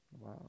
Wow